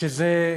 שזו